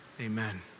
amen